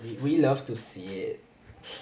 we love to see it